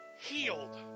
healed